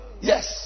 Yes